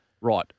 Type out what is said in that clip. right